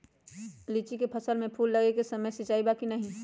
लीची के फसल में फूल लगे के समय सिंचाई बा कि नही?